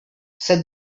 said